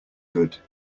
good